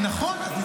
נכון.